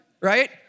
right